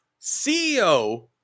CEO